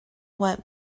went